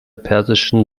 persischen